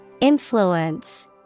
Influence